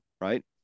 right